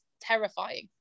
terrifying